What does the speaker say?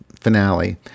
finale